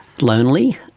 Lonely